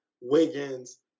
Wiggins